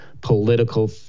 political